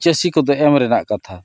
ᱪᱟᱹᱥᱤ ᱠᱚᱫᱚ ᱮᱢ ᱨᱮᱱᱟᱜ ᱠᱟᱛᱷᱟ